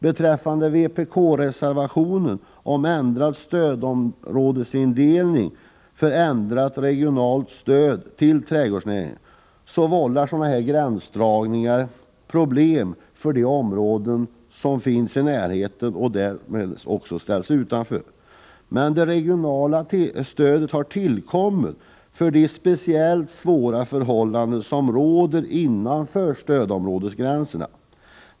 Beträffande vpk-reservationen om ändrad stödområdesindelning för regionalt stöd till trädgårdsnäringen vill jag framhålla att sådana här gränsdragningar vållar problem för de intilliggande områden som ställs utanför. Men det regionala stödet har tillkommit för de speciellt svåra förhållanden som råder innanför stödområdesgränsen.